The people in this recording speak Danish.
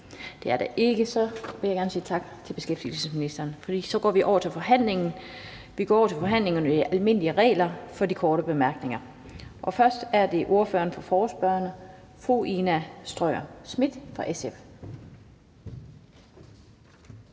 Det er der ikke. Så vil jeg gerne sige tak til beskæftigelsesministeren. Så går vi over til forhandlingen efter de almindelige regler for korte bemærkninger. Først er det ordføreren for forespørgerne, fru Ina Strøjer-Schmidt fra SF.